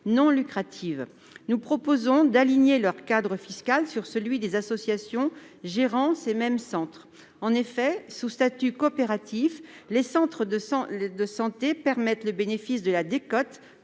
non lucratives. Nous proposons donc d'aligner leur cadre fiscal sur celui des associations gérant ces mêmes centres. En effet, sous statut coopératif, les centres de santé permettent le bénéfice de la décote